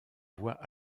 voient